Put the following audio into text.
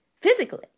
physically